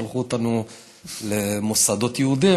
שלחו אותנו למוסדות יהודיים.